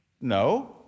No